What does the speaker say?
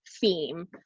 theme